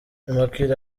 immaculee